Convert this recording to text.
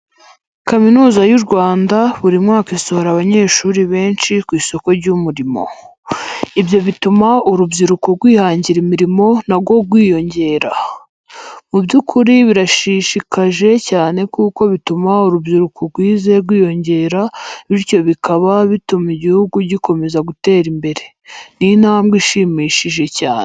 Kaminuza y'u Rwanda buri mwaka isohora abanyeshuri benshi ku isoko ry'umurimo. Ibyo bituma urubyiruko rwihangira imirimo na rwo rwiyongera. Mu by'ukuri birashishikaje cyane kuko bituma urubyiruko rwize rwiyongera bityo bikaba bituma igihugu gikomeza gutera imbere. Ni intambwe ishimishije cyane.